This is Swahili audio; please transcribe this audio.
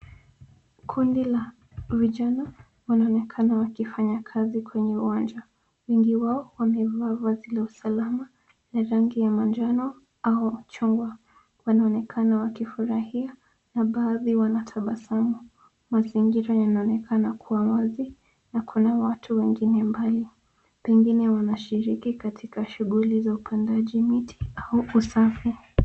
Kundi la vijana wanaonekana wakifanya kazi kwenye uwanja. Wengi wao wamevaa vazi la usalama ya rangi ya manjano au machungwa. Wanaonekana wakifurahia na baadhi wanatabasamu. Mazingira yanaonekana kuwa wazi na kuna watu wengine mbali pengine wanashiriki katika shughuli za upandaji miti au usafi.